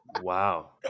Wow